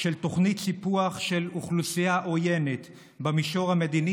של תוכנית סיפוח של אוכלוסייה עוינת במישור המדיני,